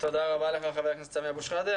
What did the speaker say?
תודה רבה לך, חבר הכנסת סמי אבו שחאדה.